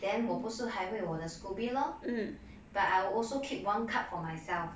then 我不是还会我的 scoby lor but I will also keep one cup for myself